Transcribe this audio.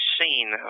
seen